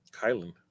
Kylan